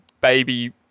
baby